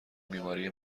بیماری